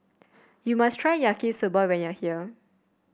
you must try Yaki Soba when you are here